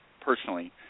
personally